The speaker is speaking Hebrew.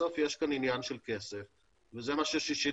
בסוף יש כאן עניין של כסף וזה מה שששינסקי